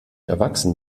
erwachsen